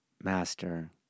master